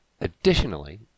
Additionally